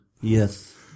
Yes